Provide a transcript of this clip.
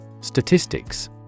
Statistics